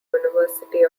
university